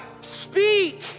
speak